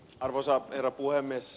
arvoisa herra puhemies